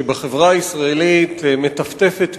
שבחברה הישראלית מטפטפת מלמעלה,